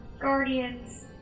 guardians